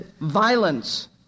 violence